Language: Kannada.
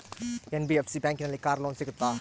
ಎನ್.ಬಿ.ಎಫ್.ಸಿ ಬ್ಯಾಂಕಿನಲ್ಲಿ ಕಾರ್ ಲೋನ್ ಸಿಗುತ್ತಾ?